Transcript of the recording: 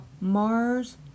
Mars